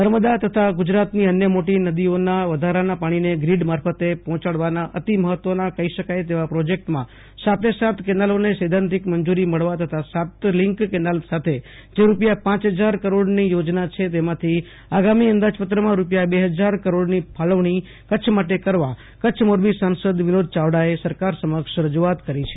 નર્મદા તથા ગુજરાતની અન્ય મોટી નદીઓના વધારાના પાણીને ગ્રીડ મારફતે પર્હોંચાડવાના અતિ મહત્વના કહી શકાય તેવા પ્રોજેક્ટમાં સાતે સાત કેનાલોને સૈધાંતિક મંજરી મળવા તથા આ સાત લીંક કેનાલ સાથે જ રૂપિયા પ હજાર કરોડની યોજના છે તેમાંથી આગામી અંદાજપત્રમાં રૂપિયા બે હજાર કરોડની ફાળવણી કચ્છ માટે કરવા કચ્છ મોરબી સાંસદ વિનોદ ચાવડાએ સરકાર સમક્ષ રજૂઆત કરી છે